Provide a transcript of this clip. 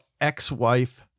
ex-wife